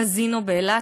קזינו באילת.